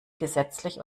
gesetzlich